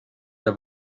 era